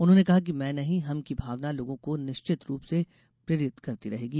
उन्होंने कहा कि मैं नहीं हम की भावना लोगों को निश्चित रूप से प्रेरित करती रहेगी